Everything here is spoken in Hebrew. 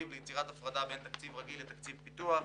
ליצירת הפרדה בין התקציב הרגיל לתקציב הפיתוח,